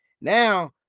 Now